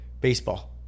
baseball